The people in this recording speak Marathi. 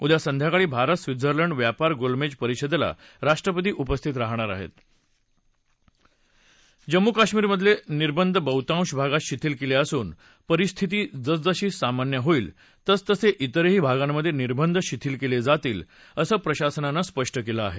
उद्या संध्याकाळी भारत सिवत्झर्लंड व्यापार गोलमद्वी परिषदली राष्ट्रपती उपस्थित राहणार आहती जम्मू कश्मीरमधले निर्बंध बहुतांश भागात शिथिल क्रिं असून परिस्थिती जसजशी सामान्य होईल तसतसे त्विरही भागांमध्विर्बंध शिथिल कल्ल्यातील असं प्रशासनानं स्पष्ट कले आहे